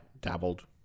Dabbled